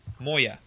Moya